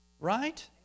Right